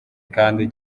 kandi